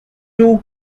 too